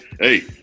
Hey